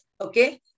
okay